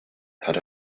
had